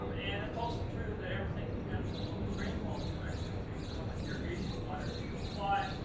um and it's also true that everything depends on how much rainfall do you actually receive for how much irrigation water do you apply?